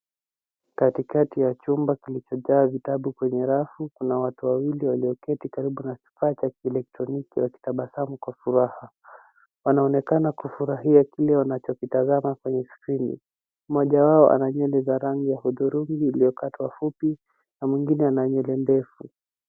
Katikati ya chumba kilichojaa vitabu kwenye rafu. Kuna watu wawili walioketi karibu na kifaa cha kielekroniki wakitabasamu kwa furaha,. Wanaonekana kufurahia kile wanachokitazama kwenye skrini. Mmoja yao ana nywele za rangi ya hudhurungi iliyokatwa fupi na mwingine ana nywele ndefu.